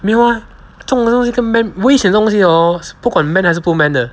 没有 ah 这种东西跟 man 危险的东西 hor 不管 man 还是不 man 的